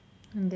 and then